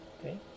okay